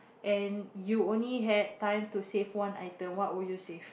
and you only had time to save one item what would you save